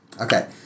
Okay